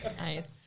Nice